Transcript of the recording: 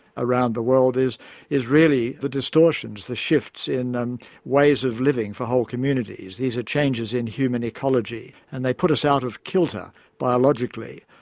around the world is is really the distortions, the shifts in um ways of living for whole communities. these are changes in human ecology, and they put us out of kilter biologically,